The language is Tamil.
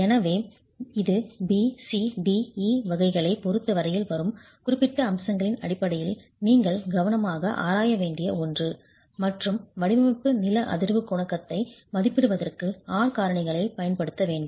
எனவே இது B C D E வகைகளைப் பொருத்தவரையில் வரும் குறிப்பிட்ட அம்சங்களின் அடிப்படையில் நீங்கள் கவனமாக ஆராய வேண்டிய ஒன்று மற்றும் வடிவமைப்பு நில அதிர்வுக் குணகத்தை மதிப்பிடுவதற்கு R காரணிகளைப் பயன்படுத்த வேண்டும்